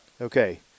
Okay